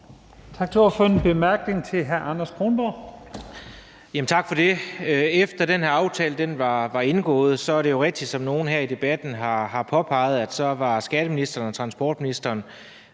Kronborg. Kl. 23:28 Anders Kronborg (S): Tak for det. Efter den her aftale var indgået, er det jo rigtigt, som nogen her i debatten har påpeget, at skatteministeren og transportministeren